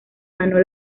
ganó